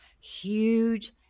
huge